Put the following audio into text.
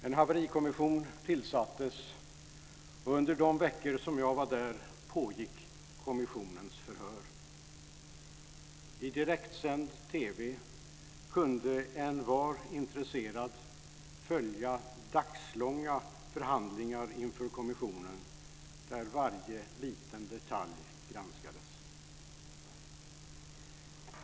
En haverikommission tillsattes och under de veckor som jag var där pågick kommissionens förhör. I direktsänd TV kunde envar intresserad följa dagslånga förhandlingar inför kommissionen där varje liten detalj granskades.